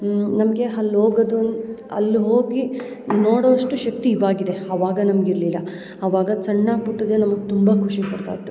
ನಮಗೆ ಅಲ್ ಹೋಗೋದು ಅನ್ ಅಲ್ಲಿ ಹೋಗಿ ನೋಡುವಷ್ಟು ಶಕ್ತಿ ಇವಾಗಿದೆ ಅವಾಗ ನಮ್ಗೆ ಇರಲಿಲ್ಲ ಅವಾಗ ಸಣ್ಣ ಪುಟ್ಟದೇ ನಮಗ್ ತುಂಬ ಖುಷಿ ಕೊಡ್ತಾ ಇತ್ತು